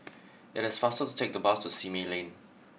it is faster to take the bus to Simei Lane